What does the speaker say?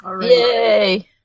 Yay